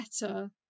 better